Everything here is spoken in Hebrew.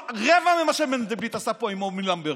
על רבע ממה שמנדלבליט עשה פה עם מומי למברגר.